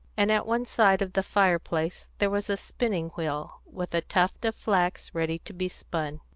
and at one side of the fireplace there was a spinning-wheel, with a tuft of flax ready to be spun.